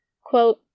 Quote